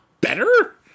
better